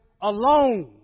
alone